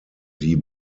die